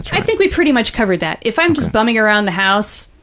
i think we pretty much covered that. if i'm just bumming around the house,